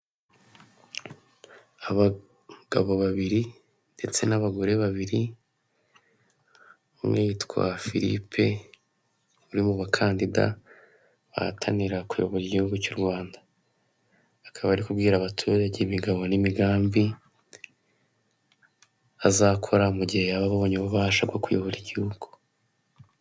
Abagabo babiri ndetse n'abagore babiri umwe yitwa Philippe umwe mu bakandida bahatanira kuyobora igihugu cy'u Rwanda akaba ari kubwira abaturage imigabo n'imigambi azakora mu gihe yaba abonye ububasha bwo kuyobora igihugu.